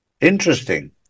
Interesting